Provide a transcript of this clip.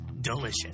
delicious